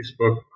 Facebook